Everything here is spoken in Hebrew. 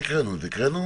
הקראנו?